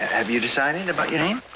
have you decided about your name?